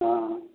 हँ